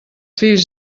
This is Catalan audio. fills